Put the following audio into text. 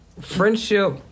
friendship